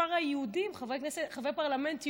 ממספר היהודים, חברי הפרלמנט היהודים.